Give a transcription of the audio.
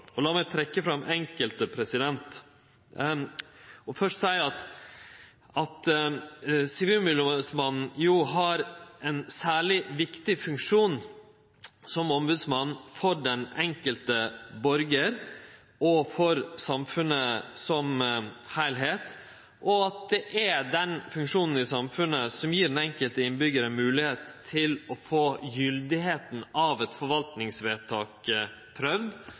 og eg vil trekkje fram enkelte. Men først vil eg seie at Sivilombodsmannen har ein særleg viktig funksjon som ombodsmann for den enkelte borgaren og for samfunnet som heilskap, og det er den funksjonen i samfunnet som gjev den enkelte innbyggjaren moglegheit til å få prøvd – av ein uavhengig instans – kor gyldig eit